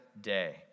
day